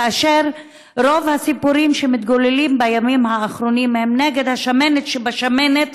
כאשר רוב הסיפורים שמתגוללים בימים האחרונים הם נגד השמנת שבשמנת